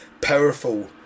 powerful